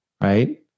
right